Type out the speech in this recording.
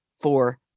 four